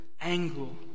angle